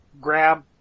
grab